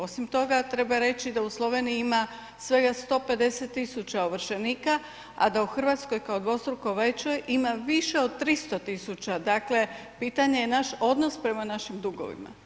Osim toga, treba reći da u Sloveniji ima svega 150 tisuća ovršenika, a da u Hrvatskoj kao dvostruko većoj ima više od 300 tisuća, dakle, pitanje je naš odnos prema naših dugovima.